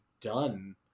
done